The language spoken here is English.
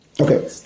Okay